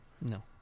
No